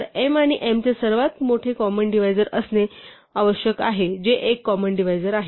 तर m आणि n चे सर्वात मोठे कॉमन डिव्हायजर असे असणे आवश्यक आहे जे एक कॉमन डिव्हायजर आहे